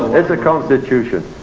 it's a constitution.